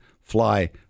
fly